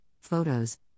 photos